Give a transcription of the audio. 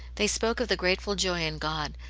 they spoke of the grateful joy in god,